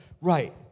Right